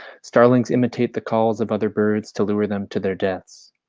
starlings imitate the calls of other birds to lure them to their deaths.